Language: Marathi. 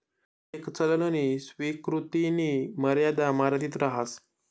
परतेक चलननी स्वीकृतीनी मर्यादा मर्यादित रहास